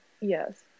Yes